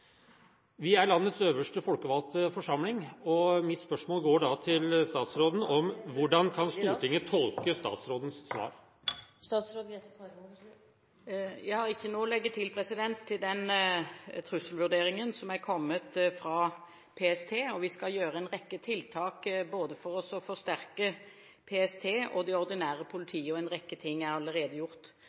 Vi er landets øverste folkevalgte forsamling, og mitt spørsmål blir da: Hvordan kan Stortinget tolke statsrådens svar? Jeg har ikke noe å legge til når det gjelder den trusselvurderingen som er kommet fra PST. Vi skal gjøre en rekke tiltak for å forsterke både PST og det ordinære politiet, og en rekke ting er allerede gjort.